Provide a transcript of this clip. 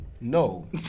No